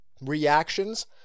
reactions